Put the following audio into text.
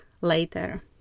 later